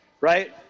right